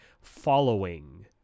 following